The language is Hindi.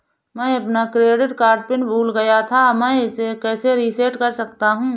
मैं अपना क्रेडिट कार्ड पिन भूल गया था मैं इसे कैसे रीसेट कर सकता हूँ?